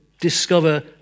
discover